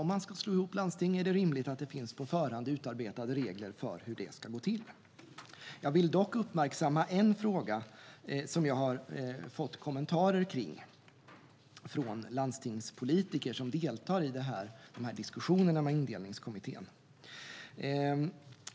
Om man ska slå ihop landsting är det rimligt att det finns på förhand utarbetade regler för hur sådana sammanslagningar ska gå till. Jag vill dock uppmärksamma en fråga som jag har fått kommentarer om från landstingspolitiker som deltar i diskussionerna med Indelningskommittén.